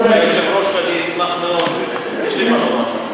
היושב-ראש, אני אשמח מאוד, יש לי מה לומר.